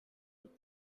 but